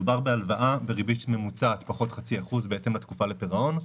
מדובר בהלוואה בריבית ממוצעת פחות חצי אחוז בהתאם לתקופה לפירעון,